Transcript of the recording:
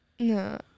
No